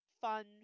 fun